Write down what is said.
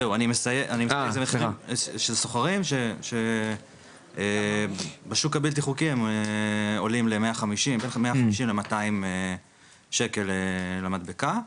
זהו של סוחרים שבשוק הבלתי חוקי הם עולים לבין 150 ל-200 שקל למדבקה.